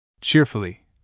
Cheerfully